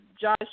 Josh